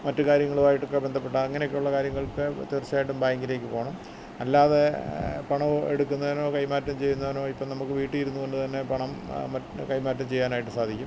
മറ്റ് കാര്യങ്ങളും ആയിട്ടൊക്കെ ബന്ധപ്പെട്ട് അങ്ങനെയൊക്കെ ഉള്ള കാര്യങ്ങള്ക്ക് തീര്ച്ചയായിട്ടും ബാങ്കിലേക്ക് പോകണം അല്ലാതെ പണവും എടുക്കുന്നതിനോ കൈമാറ്റം ചെയ്യുന്നതിനോ ഇപ്പം നമുക്ക് വീട്ടിലിരുന്ന് കൊണ്ട് തന്നെ പണം മറ്റ് കൈമാറ്റം ചെയ്യാനായിട്ട് സാധിക്കും